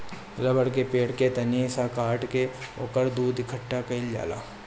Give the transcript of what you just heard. रबड़ के पेड़ के तनी सा काट के ओकर दूध इकट्ठा कइल जाला